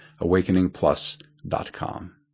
awakeningplus.com